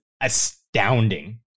astounding